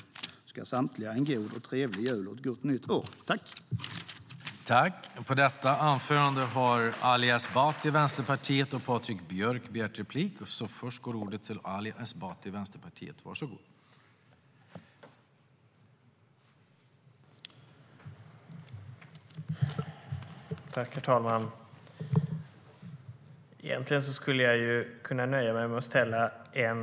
Jag önskar samtliga en god och trevlig jul och ett gott nytt år.